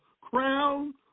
crown